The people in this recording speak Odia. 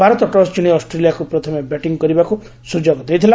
ଭାରତ ଟସ୍ ଜିଣି ଅଷ୍ଟ୍ରେଲିଆକୁ ପ୍ରଥମେ ବ୍ୟାଟିଂ କରିବାକୁ ସୁଯୋଗ ଦେଇଥିଲା